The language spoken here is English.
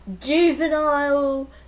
juvenile